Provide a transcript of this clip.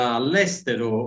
all'estero